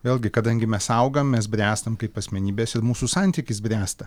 vėlgi kadangi mes augam mes bręstam kaip asmenybės ir mūsų santykis bręsta